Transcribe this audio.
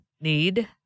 need